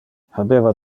habeva